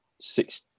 six